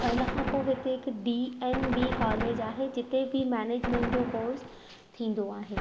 ऐं हिन खां पोइ हिते डी एन वी कॉलेज आहे जिते बि मेनेजमेंट जो कोर्स थींदो आहे